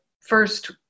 first